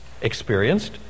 experienced